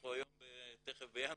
אנחנו תיכף בינואר,